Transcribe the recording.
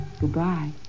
Goodbye